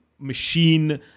machine